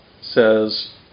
says